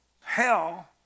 hell